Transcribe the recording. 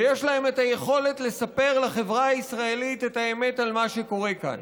ויש להם את היכולת לספר לחברה הישראלית את האמת על מה שקורה כאן.